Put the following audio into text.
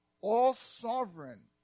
all-sovereign